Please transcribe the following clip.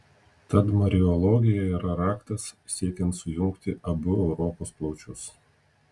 tad mariologija yra raktas siekiant sujungti abu europos plaučius